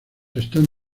están